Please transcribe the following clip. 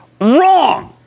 wrong